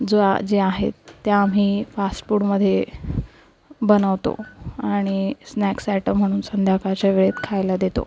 जो आ जे आहेत त्या आम्ही फास्टपुडमध्ये बनवतो आणि स्नॅक्स ॲटम म्हणून संध्याकाळच्या वेळेत खायला देतो